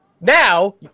Now